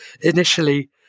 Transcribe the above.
initially